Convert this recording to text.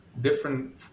different